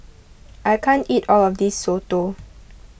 I can't eat all of this Soto